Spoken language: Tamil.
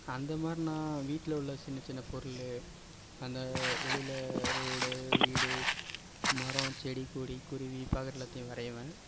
அந்த மாதிரி நான் வீட்டில் உள்ள சின்னச் சின்ன பொருள் அந்த வெளியில் ரோடு வீடு மரம் செடி கொடி குருவி பார்க்கற எல்லாத்தையும் வரைவேன்